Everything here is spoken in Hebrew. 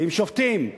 ועם שופטים,